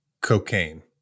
Cocaine